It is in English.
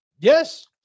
Yes